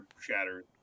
shattered